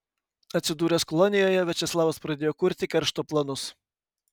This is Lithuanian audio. atsidūręs kolonijoje viačeslavas pradėjo kurti keršto planus